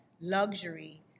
luxury